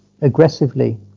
aggressively